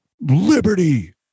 Liberty